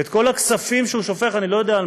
ואת כל הכספים שהוא שופך אני לא יודע על